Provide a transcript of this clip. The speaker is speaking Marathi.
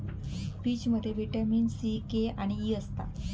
पीचमध्ये विटामीन सी, के आणि ई असता